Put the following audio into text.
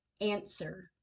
Answer